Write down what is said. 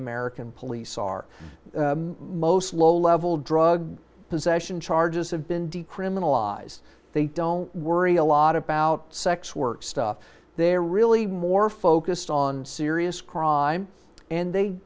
american police are most low level drug possession charges have been decriminalized they don't worry a lot about sex work stuff they're really more focused on serious crime and they